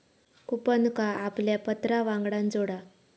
कूपनका आपल्या पत्रावांगडान जोडा